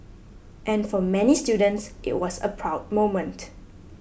and for many students it was a proud moment